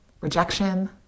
rejection